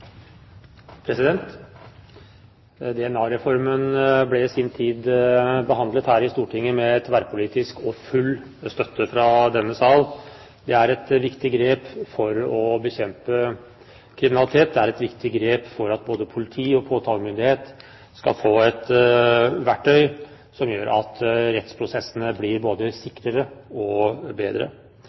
ble i sin tid behandlet her i Stortinget med tverrpolitisk, full støtte i denne salen. Det er et viktig grep for å bekjempe kriminalitet, og det er et viktig grep for at både politi og påtalemyndighet skal få et verktøy som gjør at rettsprosessene blir både sikrere og bedre.